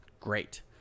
Great